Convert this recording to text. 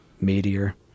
Meteor